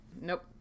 Nope